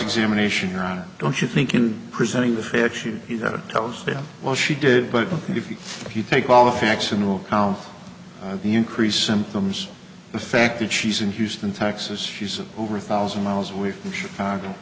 examination on don't you think in presenting the facts you see that tells them well she did but if you if you take all the facts into account the increase symptoms the fact that she's in houston texas she's over a thousand miles away from chicago